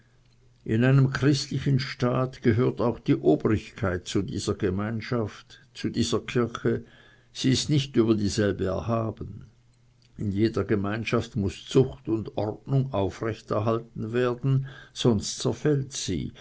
in einem christlichen staat gehört auch die obrigkeit zu dieser gemeinschaft zu dieser kirche sie ist nicht über dieselbe erhaben in jeder gemeinschaft muß zucht und ordnung aufrecht erhalten werden sonst zerfällt sie